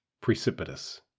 precipitous